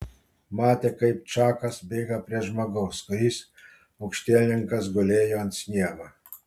matė kaip čakas bėga prie žmogaus kuris aukštielninkas gulėjo ant sniego